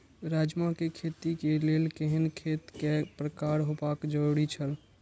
राजमा के खेती के लेल केहेन खेत केय प्रकार होबाक जरुरी छल?